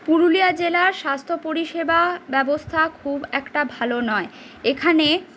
পুরুলিয়া জেলায় স্বাস্থ্যপরিষেবা ব্যবস্থা খুব একটা ভালো নয় এখানে